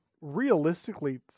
realistically